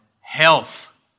health